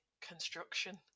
construction